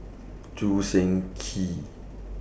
Choo Seng Quee